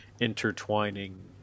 intertwining